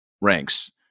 ranks